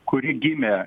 kuri gimė